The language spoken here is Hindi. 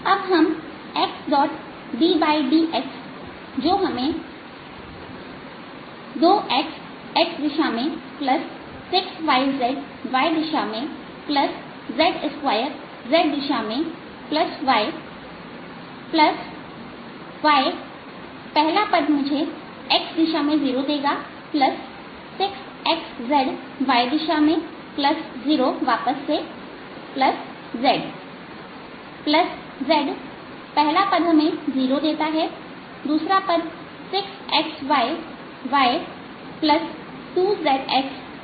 अब हम xddx जो हमें 2x x6yz y z2z yy पहला पद मुझे x दिशा में 0 देगा 6xz y दिशा में 0 वापस सेz zपहला पद हमें 0 देता हैदूसरा पद 6xyy 2zx z की दिशा में